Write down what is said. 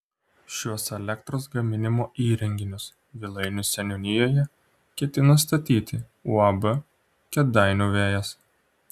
šiuos elektros gaminimo įrenginius vilainių seniūnijoje ketina statyti uab kėdainių vėjas